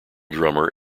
drummer